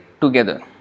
together